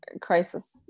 crisis